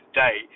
day